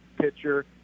pitcher